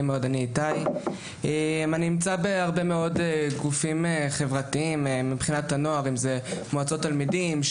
אני נמצא בהרבה מאוד גופים חברתיים מבחינת הנוער מועצות תלמידים,